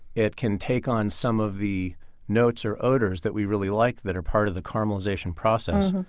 it can take on some of the notes or odors that we really like that are part of the caramelization process,